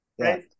Right